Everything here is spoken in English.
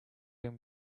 him